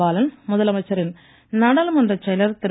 பாலன் முதல் அமைச்சரின் நாடாளுமன்ற செயலர் திரு